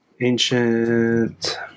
Ancient